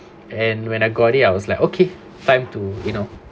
and when I got it I was like okay time to you know